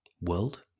world